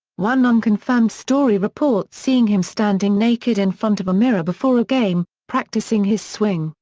one unconfirmed story reports seeing him standing naked in front of a mirror before a game, practicing his swing,